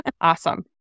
Awesome